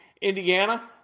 Indiana